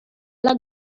alla